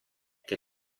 che